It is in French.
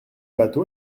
batho